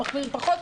המחמיר פחות,